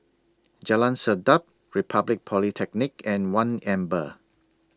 Jalan Sedap Republic Polytechnic and one Amber